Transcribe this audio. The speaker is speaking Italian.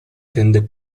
tende